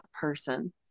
person